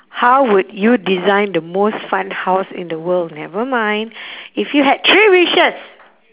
how would you design the most fun house in the world never mind if you had three wishes